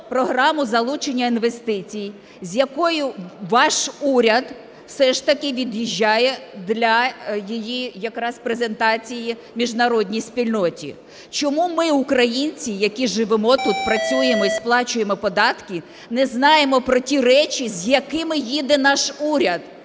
програму залучення інвестицій, з якою ваш уряд все ж таки від'їжджає для її якраз презентації міжнародній спільноті. Чому ми, українці, які живемо тут працюємо і сплачуємо податки, не знаємо про ті речі, з якими їде наш уряд?